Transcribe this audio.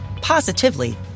positively